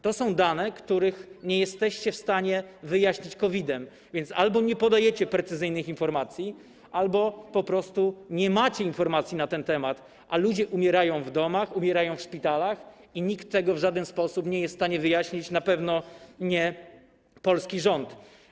To są dane, których nie jesteście w stanie wyjaśnić COVID-em, więc albo nie podajecie precyzyjnych informacji, albo po prostu nie macie informacji na ten temat, a ludzie umierają w domach, umierają w szpitalach i nikt tego w żaden sposób nie jest w stanie wyjaśnić, na pewno nie polski rząd.